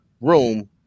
room